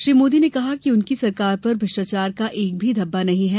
श्री मोदी ने कहा कि उनकी सरकार पर भ्रष्टाचार का एक भी धब्बा नहीं है